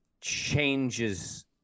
changes –